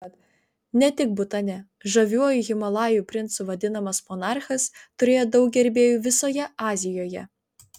ne tik butane žaviuoju himalajų princu vadinamas monarchas turėjo daug gerbėjų visoje azijoje